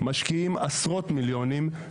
משקיעים עשרות מיליונים,